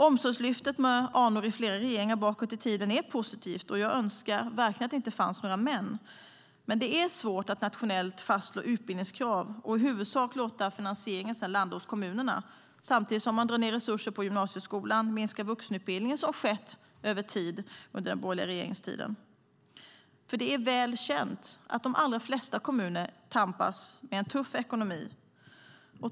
Omsorgslyftet med anor i flera regeringar bakåt i tiden är positivt, och jag önskar verkligen att det inte fanns några men. Men det är svårt att nationellt fastslå utbildningskrav och i huvudsak låta finansieringen sedan landa hos kommunerna, samtidigt som man drar ned resurserna för gymnasieskolan och minskar vuxenutbildningen som har skett över tid under den borgerliga regeringstiden. Det är nämligen väl känt att de allra flesta kommuner tampas med en tuff ekonomi.